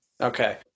Okay